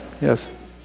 Yes